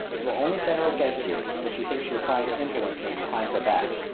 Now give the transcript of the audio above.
it will only set her against you if she thinks you are trying to influence me behind her back.